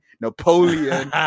Napoleon